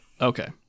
Okay